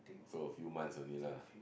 so a few months only lah